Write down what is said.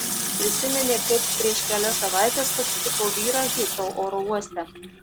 prisiminė kaip prieš kelias savaites pasitiko vyrą hitrou oro uoste